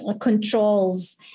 controls